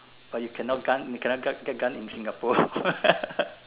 but you cannot gun you cannot gun get gun in Singapore